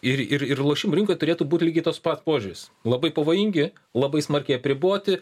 ir ir ir lošimų rinkoj turėtų būt lygiai toks pat požiūris labai pavojingi labai smarkiai apriboti